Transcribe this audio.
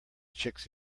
chicks